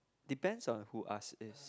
depends on who ask is